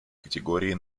категории